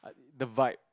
the Vibe